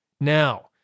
Now